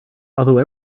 although